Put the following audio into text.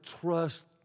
trust